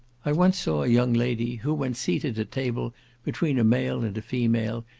i once saw a young lady, who, when seated at table between a male and a female,